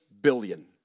billion